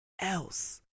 else